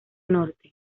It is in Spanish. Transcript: norte